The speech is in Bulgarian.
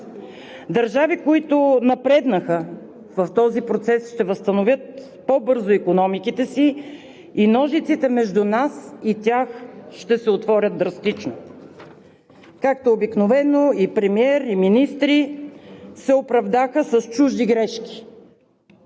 Държавите, които напреднаха в този процес, ще възстановят по-бързо икономиките си и ножиците между нас и тях ще се отворят драстично. Както обикновено и премиер, и министри се оправдаха с чужди грешки,